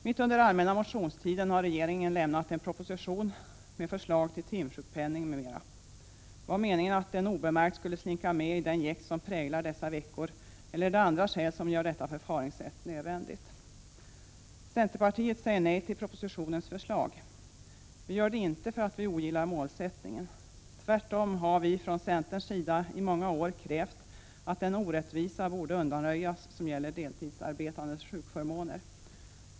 Mitt under allmänna motionstiden har regeringen lämnat en proposition med förslag till timsjukpenning m.m. Var meningen att den obemärkt skulle slinka med i det jäkt som präglar dessa veckor, eller är det andra skäl som gör detta förfaringssätt nödvändigt? Centerpartiet säger nej till propositionens förslag. Vi gör det inte för att vi ogillar målsättningen. Tvärtom har vi från centerns sida i många år krävt att den orättvisan borde undanröjas som gäller deltidsarbetandes sjukförmåner.